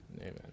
Amen